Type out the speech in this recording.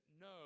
no